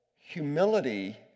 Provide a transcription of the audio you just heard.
humility